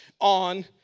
on